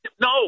No